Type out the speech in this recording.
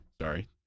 Sorry